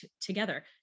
together